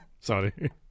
sorry